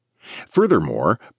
Furthermore